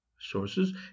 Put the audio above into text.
sources